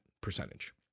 percentage